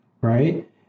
right